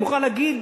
אני מוכרח להגיד,